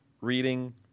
reading